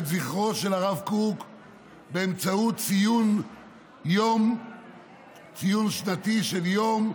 זכרו של הרב קוק באמצעות ציון שנתי של יום,